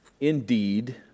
indeed